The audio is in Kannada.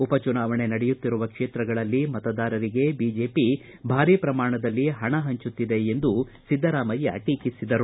ಉಪ ಚುನಾವಣೆ ನಡೆಯುತ್ತಿರುವ ಕೇತ್ರಗಳಲ್ಲಿ ಮತದಾರರಿಗೆ ಬಿಜೆಪಿ ಭಾರೀ ಪ್ರಮಾಣದಲ್ಲಿ ಹಣ ಹಂಚುತ್ತಿದೆ ಎಂದು ಸಿದ್ದರಾಮಯ್ಯ ಟೀಕಿಸಿದರು